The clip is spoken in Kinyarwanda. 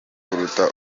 kuruta